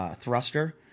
thruster